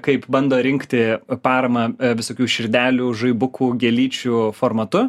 kaip bando rinkti paramą visokių širdelių žaibukų gėlyčių formatu